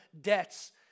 debts